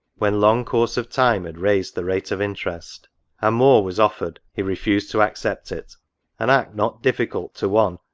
when long course of time had raised the rate of interest and more was offered, he refused to accept it an act not difficult to one,